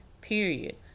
period